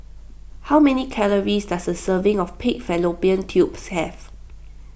how many calories does a serving of Pig Fallopian Tubes have